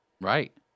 Right